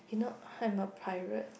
you know pirate